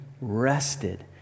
rested